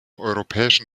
europäischen